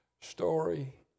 story